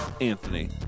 anthony